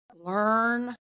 learn